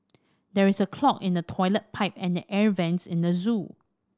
there is a clog in the toilet pipe and the air vents at the zoo